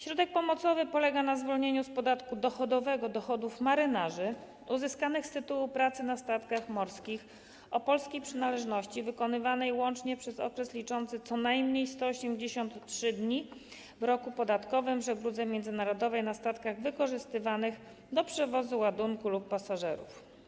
Środek pomocowy polega na zwolnieniu z podatku dochodowego dochodów marynarzy uzyskanych z tytułu pracy na statkach morskich o polskiej przynależności, wykonywanej łącznie przez okres liczący co najmniej 183 dni w roku podatkowym, w żegludze międzynarodowej na statkach wykorzystywanych do przewozu ładunku lub pasażerów.